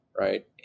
Right